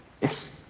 Yes